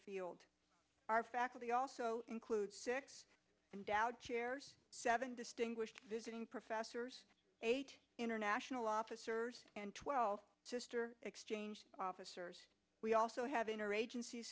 field our faculty also includes six endowed chairs seven distinguished visiting professors eight international officers and twelve sister exchange officers we also have inner agenc